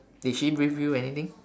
did she brief you anything